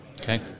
Okay